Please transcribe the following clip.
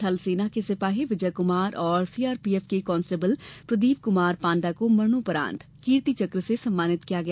थल सेना के सिपाही विजय कुमार और सीआरपीएफ के कांस्टेबल प्रदीप कुमार पांडा को मरणोपरान्त कीर्ति चक्र से सम्मानित किया गया